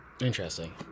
Interesting